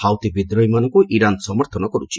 Houthi ବିଦ୍ରୋହୀମାନଙ୍କୁ Iran ସମର୍ଥନ କରୁଛି